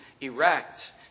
erect